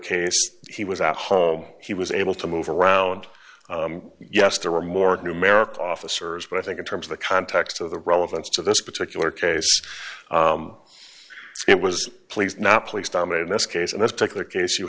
case he was at home he was able to move around yes there were more numerical officers but i think in terms of the context of the relevance of this particular case it was please not police dominated this case in this particular case you